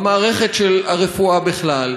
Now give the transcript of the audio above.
במערכת של הרפואה בכלל.